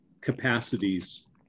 capacities